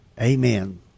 Amen